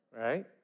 right